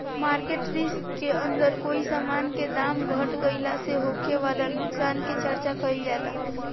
market risk के अंदर कोई समान के दाम घट गइला से होखे वाला नुकसान के चर्चा काइल जाला